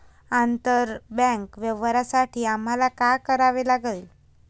आंतरबँक व्यवहारांसाठी आम्हाला काय करावे लागेल?